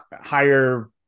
higher